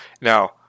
Now